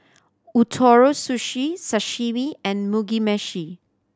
Ootoro Sushi Sashimi and Mugi Meshi